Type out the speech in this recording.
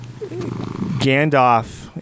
Gandalf